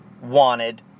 wanted